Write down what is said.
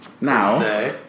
Now